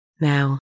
Now